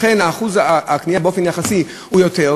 לכן שיעור הקנייה באופן יחסי הוא יותר גדול,